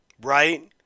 Right